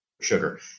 sugar